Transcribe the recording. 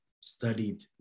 studied